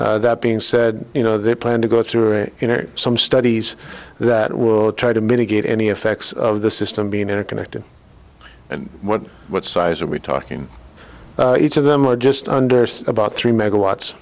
in that being said you know they plan to go through some studies that will try to mitigate any effects of the system being interconnected and what what size are we talking each of them are just under three megawat